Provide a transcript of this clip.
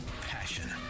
passion